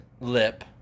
lip